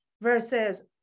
versus